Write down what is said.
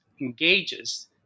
engages